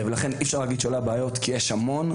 ויש המון.